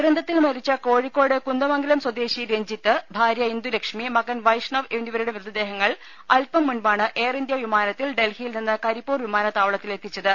ദുരന്തത്തിൽ മരിച്ച കോഴിക്കോട് കുന്ദമംഗലം സ്വദേശി രഞ്ജി ത്ത് ഭാര്യ ഇന്ദുലക്ഷ്മി മകൻ വൈഷ്ണവ് എന്നിവരുടെ മൃതദേ ഹങ്ങൾ അൽപം മുൻപാണ് എയർ ഇന്ത്യ വിമാനത്തിൽ ഡൽഹി യിൽ നിന്ന് കരിപ്പൂർ വിമാനത്താവളത്തിൽ എത്തിച്ചത്